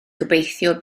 gobeithio